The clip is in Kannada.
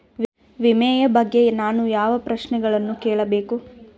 ವಿಮೆಯ ಬಗ್ಗೆ ನಾನು ಯಾವ ಪ್ರಶ್ನೆಗಳನ್ನು ಕೇಳಬೇಕು?